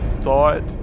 thought